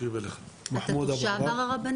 אתה תושב ערערה בנגב?